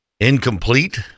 incomplete